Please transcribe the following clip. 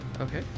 Okay